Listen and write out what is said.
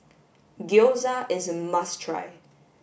Gyoza is a must try